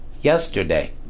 yesterday